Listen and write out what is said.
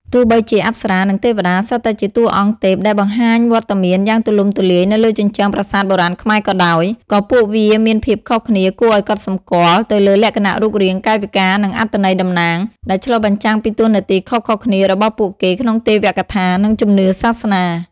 ទោះបីជា អប្សរា និង ទេវតា សុទ្ធតែជាតួអង្គទេពដែលបង្ហាញវត្តមានយ៉ាងទូលំទូលាយនៅលើជញ្ជាំងប្រាសាទបុរាណខ្មែរក៏ដោយ ក៏ពួកវាមានភាពខុសគ្នាគួរឲ្យកត់សម្គាល់ទៅលើលក្ខណៈរូបរាង កាយវិការ និងអត្ថន័យតំណាង ដែលឆ្លុះបញ្ចាំងពីតួនាទីខុសៗគ្នារបស់ពួកគេក្នុងទេវកថា និងជំនឿសាសនា។